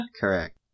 Correct